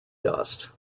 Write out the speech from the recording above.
dust